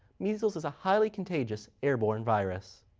measles is a highly contagious airborne virus.